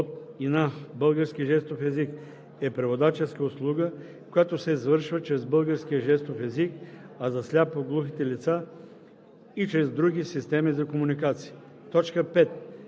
от и на български жестов език“ е преводаческа услуга, която се извършва чрез българския жестов език, а за сляпо-глухите лица – и чрез други системи за комуникация. 5.